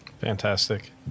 Fantastic